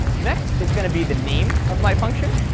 next is going to be the name of my function,